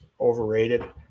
overrated